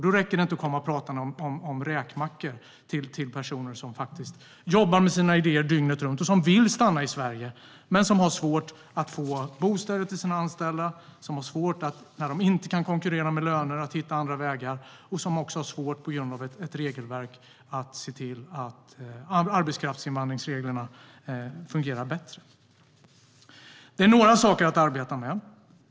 Det räcker inte att komma och prata om räkmackor till personer som jobbar med sina idéer dygnet runt och som vill stanna i Sverige men som har svårt att få bostäder till sina anställda och som har svårt att hitta andra vägar när de inte kan konkurrera med löner. De har det också svårt på grund av ett regelverk. Det handlar om att se till att arbetskraftsinvandringsreglerna fungerar bättre. Det är några saker att arbeta med.